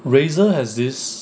razer has this